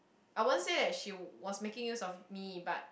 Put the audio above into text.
I won't say that she was making use of me but